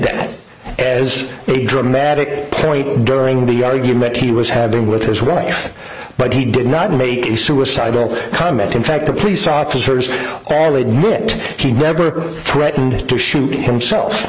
it as a dramatic point during the argument he was having with his wife but he did not make a suicidal comment in fact the police officers bad admit he never threatened to shoot himself